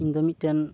ᱤᱧ ᱫᱚ ᱢᱤᱫᱴᱮᱱ